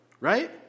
right